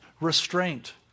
restraint